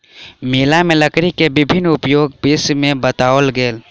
मेला में लकड़ी के विभिन्न उपयोगक विषय में बताओल गेल